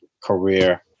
career